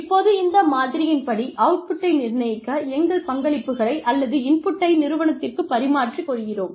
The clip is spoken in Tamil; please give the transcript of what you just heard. இப்போது இந்த மாதிரியின்படி அவுட்புட்டை நிர்ணயிக்க எங்கள் பங்களிப்புகளை அல்லது இன்புட்டை நிறுவனத்திற்கு பரிமாறிக்கொள்கிறோம்